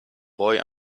boy